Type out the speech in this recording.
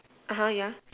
(uh huh) yeah